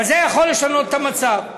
אבל זה יכול לשנות את המצב.